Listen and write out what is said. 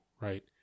right